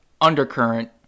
undercurrent